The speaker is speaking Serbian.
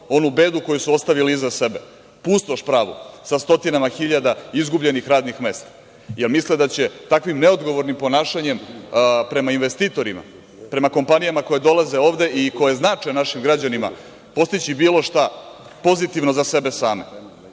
onu bedu koju su ostavili iza sebe, pustoš pravu sa stotinama hiljada izgubljenih radnik mesta? Da li misle da će takvim neodgovornim ponašanjem prema investitorima, prema kompanijama koje dolaze ovde i koje znače našim građanima postići bilo šta pozitivno za sebe same?